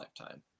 lifetime